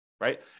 right